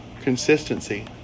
Consistency